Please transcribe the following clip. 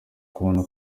kubona